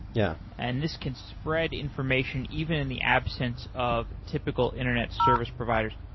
yeah and this can spread information even in the absence of typical internet service providers.